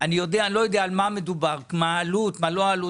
ומה האומדן המשוער?